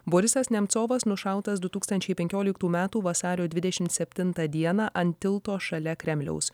borisas nemcovas nušautas du tūkstančiai penkioliktų metų vasario dvidešimt septintą dieną ant tilto šalia kremliaus